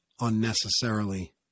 unnecessarily